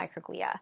microglia